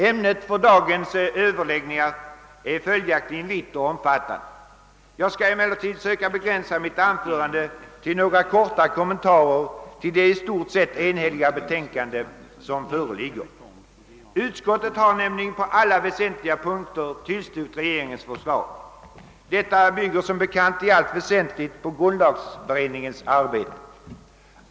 Ämnet för dagens överläggningar är följaktligen vitt och omfattande. Jag skall emellertid försöka begränsa mitt anförande till några korta kommentarer till det i stort sett enhälliga utlåtande som föreligger. Utskottet har nämligen på alla väsentliga punkter tillstyrkt regeringens förslag, vilket som bekant bygger i allt väsentligt på grundlagberedningens arbete.